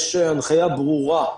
יש הנחיה ברורה,